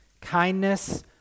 kindness